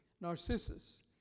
Narcissus